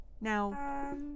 Now